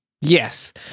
Yes